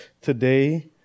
today